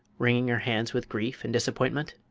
wringing her hands with grief and disappointment.